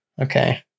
okay